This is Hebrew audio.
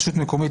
"רשות מקומית,